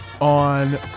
On